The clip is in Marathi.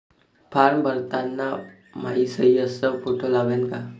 फारम भरताना मायी सयी अस फोटो लागन का?